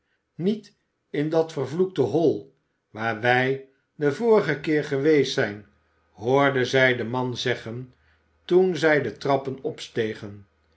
niet in dat vervloekte hol waar wij den vorigen keer geweest zijn hoorde zij den man zeggen toen zij de trappen opstegen